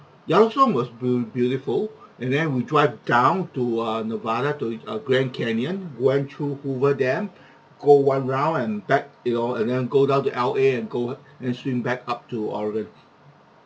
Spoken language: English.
yellowstone was beau~ beautiful and then we drive down to uh nevada to in uh grand canyon went through hoover dam go one round and back you know and then go down to L_A and go and swim back up to oregon